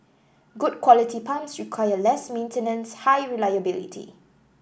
good quality pumps require less maintenance high reliability